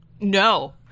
No